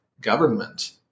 government